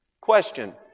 Question